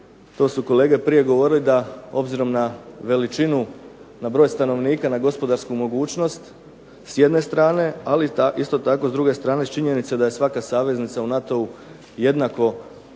to su kolege prije govorili obzirom na veličinu, na broj stanovnika, na gospodarsku mogućnost s jedne strane, ali isto tako s druge strane činjenica da je svaka saveznica u NATO-u jednako